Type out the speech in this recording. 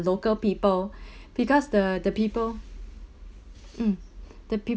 local people because the the people mm the peo~